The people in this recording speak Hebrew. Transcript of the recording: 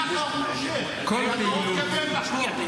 כך הוא חושב, והוא מתכוון לזה בחוק.